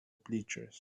bleachers